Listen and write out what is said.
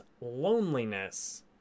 loneliness